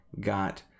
got